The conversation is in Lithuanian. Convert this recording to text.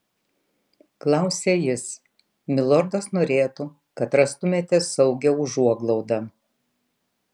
klausia jis milordas norėtų kad rastumėte saugią užuoglaudą